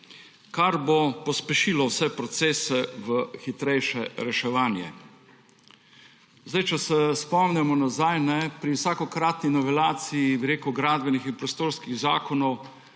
kar bo pospešilo vse procese v hitrejše reševanje. Če se spomnimo nazaj, pri vsakokratni novelaciji gradbenih in prostorskih zakonov